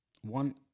One